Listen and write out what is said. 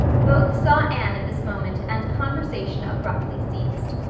both saw anne at this moment and conversation abruptly ceased.